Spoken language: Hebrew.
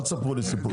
אל תספרו לי סיפורים.